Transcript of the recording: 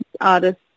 artists